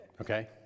okay